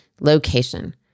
location